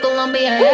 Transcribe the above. Colombia